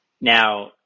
Now